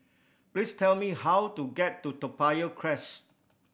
please tell me how to get to Toa Payoh Crest